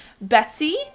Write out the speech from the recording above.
Betsy